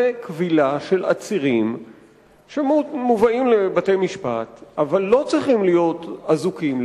כבילה של עצירים שמובלים לבתי-המשפט אבל לא צריכים להיות אזוקים,